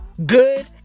Good